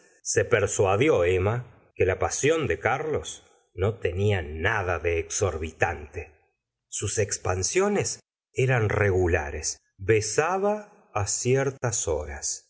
se persuadió emma que la pasión de carlos no tenía nada de exorbitante sus espansiones eran regulares besaba ciertas horas